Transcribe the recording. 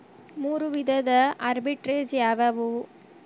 ಮೂರು ವಿಧದ ಆರ್ಬಿಟ್ರೆಜ್ ಯಾವವ್ಯಾವು?